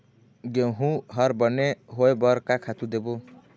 गेहूं हर बने होय बर का खातू देबो?